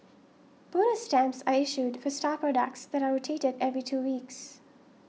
bonus stamps are issued for star products that are rotated every two weeks